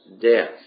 death